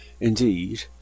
Indeed